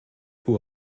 who